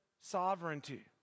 sovereignty